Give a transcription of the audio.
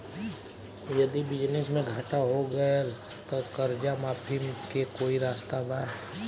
यदि बिजनेस मे घाटा हो गएल त कर्जा माफी के कोई रास्ता बा?